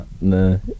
No